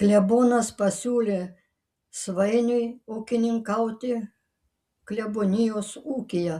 klebonas pasiūlė svainiui ūkininkauti klebonijos ūkyje